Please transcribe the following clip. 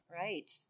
Right